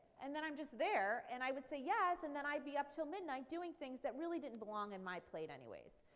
and then i'm just there and i would say, yes, and then i'd be up until midnight doing things that really didn't belong on and my plate anyways.